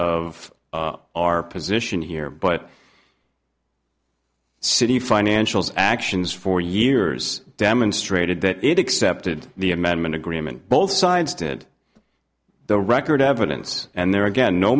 of our position here but city financials actions for years demonstrated that it accepted the amendment agreement both sides did the record evidence and there again no